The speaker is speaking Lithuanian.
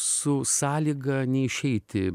su sąlyga neišeiti